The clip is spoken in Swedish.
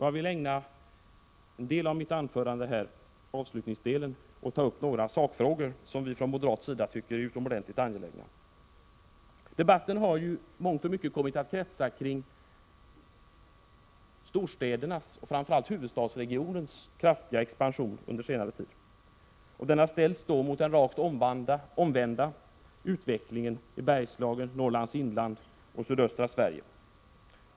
Jag vill ägna avslutningsdelen av mitt anförande åt några sakfrågor som vi från moderat sida tycker är utomordentligt angelägna. Debatten har under senare tid kommit att fokuseras till storstädernas, speciellt huvudstadsregionens, kraftiga expansion. Denna har ställts mot den rakt omvända utvecklingen i bl.a. Bergslagen och Norrlands inland och sydöstra Sverige.